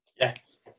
Yes